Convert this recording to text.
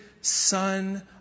son